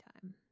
time